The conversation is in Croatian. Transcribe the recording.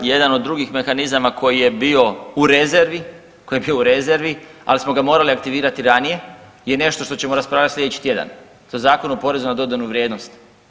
Jedan od drugih mehanizama koji je bio u rezervi, koji je bio u rezervi, ali smo ga morali aktivirati ranije je nešto što ćemo raspravljati sljedeći tjedan sa Zakonom o porezu na dodanu vrijednost.